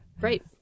Great